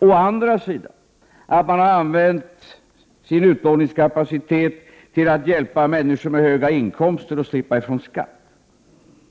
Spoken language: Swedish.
Å andra sidan har man använt sin utlåningskapacitet till att hjälpa människor med höga inkomster att slippa ifrån skatt,